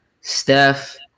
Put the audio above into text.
Steph